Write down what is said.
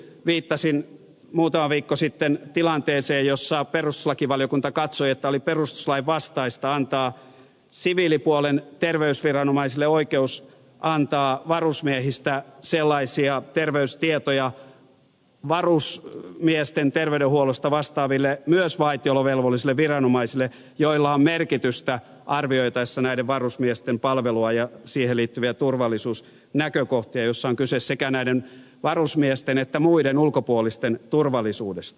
viittasin muutama viikko sitten tilanteeseen jossa perustuslakivaliokunta katsoi että oli perustuslain vastaista antaa siviilipuolen terveysviranomaisille oikeus antaa varusmiehistä sellaisia terveystietoja varusmiesten terveydenhuollosta vastaaville myös vaitiolovelvollisille viranomaisille joilla on merkitystä arvioitaessa näiden varusmiesten palvelua ja siihen liittyviä turvallisuusnäkökohtia joissa on kyse sekä näiden varusmiesten että muiden ulkopuolisten turvallisuudesta